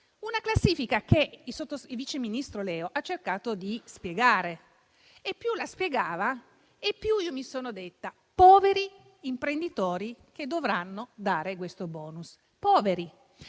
una classifica che il vice ministro Leo ha cercato di spiegare e più la spiegava e più io mi sono detta: poveri imprenditori che dovranno dare questo *bonus.*